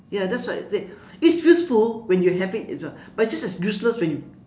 ya that's what I said it's useful when you have it it's not but it's just as useless when you